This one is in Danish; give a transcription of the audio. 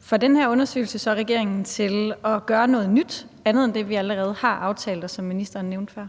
Får den her undersøgelse så regeringen til at gøre noget nyt, andet end det, vi allerede har aftalt, og som ministeren nævnte før?